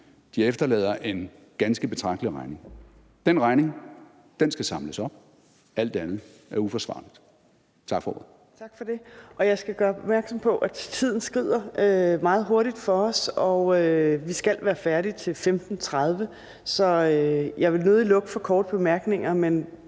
nu, efterlader en ganske betragtelig regning. Den regning skal samles op. Alt andet er uforsvarligt.